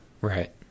right